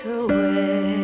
away